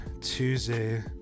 Tuesday